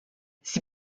sie